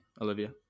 olivia